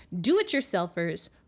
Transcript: do-it-yourselfers